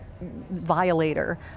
violator